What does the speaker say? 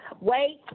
Wait